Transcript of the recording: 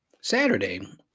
Saturday